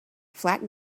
flat